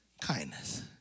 kindness